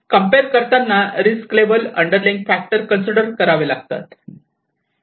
compare करताना risk level underlying factor consider करावे लागतात